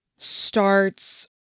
starts